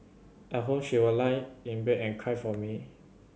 at home she would lie in bed and cry for me